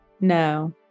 No